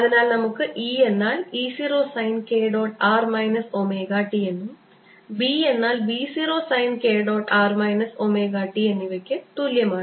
അതിനാൽ നമുക്ക് E എന്നാൽ E 0 sine k dot r minus omega t എന്നും B എന്നാൽ B 0 sine k dot r minus omega t എന്നിവയ്ക്ക് തുല്യമാണ്